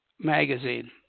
magazine